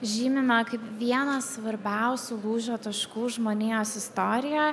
žymime kaip vieną svarbiausių lūžio taškų žmonijos istorijoj